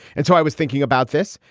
and so i was thinking about this.